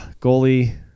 goalie